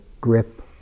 grip